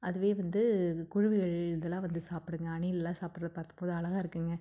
அதுவே வந்து குருவிகள் இதெல்லாம் வந்து சாப்பிடுங்க அணில்லாம் சாப்பிடறது பார்க்கும் போது அழகாக இருக்குங்க